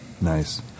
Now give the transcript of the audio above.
Nice